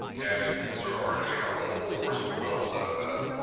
yeah, i mean, it's sort of hard to make out the whole orson welles out of that.